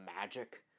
magic